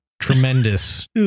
Tremendous